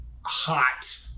hot